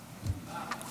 אדוני היושב בראש,